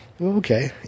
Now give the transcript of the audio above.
okay